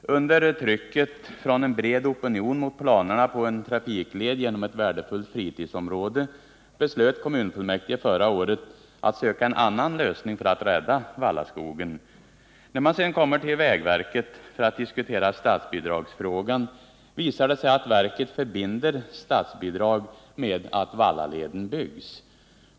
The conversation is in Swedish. Under trycket från en bred opinion mot planerna på en trafikled genom ett värdefullt fritidsområde beslöt kommunfullmäktige förra året att söka en annan lösning för att rädda Vallaskogen. När man sedan kommer till vägverket för att diskutera statsbidragsfrågan visar det sig att verket förbinder statsbidrag med att Vallaleden byggs.